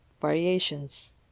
variations